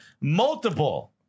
multiple